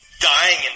Dying